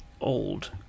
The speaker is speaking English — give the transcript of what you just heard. old